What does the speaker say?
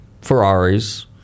Ferraris